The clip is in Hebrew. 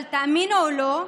אבל תאמינו או לא,